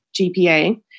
GPA